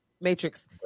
Matrix